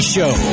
Show